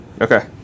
Okay